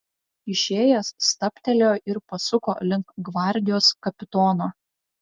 išėjęs stabtelėjo ir pasuko link gvardijos kapitono